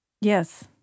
Yes